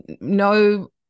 no